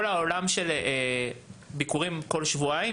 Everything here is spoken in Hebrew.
כל העולם של ביקורים אחת לשבועיים